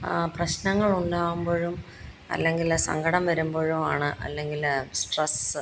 പ്രശ്നങ്ങൾ ഉണ്ടാകുമ്പോഴും അല്ലെങ്കില് സങ്കടം വരുമ്പോഴോ ആണ് അല്ലെങ്കില് സ്ട്രെസ്സ്